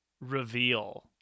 reveal